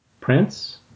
Prince